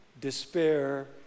despair